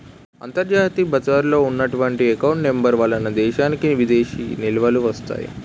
అంతర్జాతీయ బజారులో ఉన్నటువంటి ఎకౌంట్ నెంబర్ వలన దేశానికి విదేశీ నిలువలు వస్తాయి